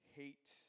hate